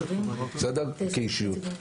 כאישיות,